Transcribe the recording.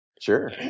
Sure